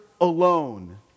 alone